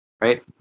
right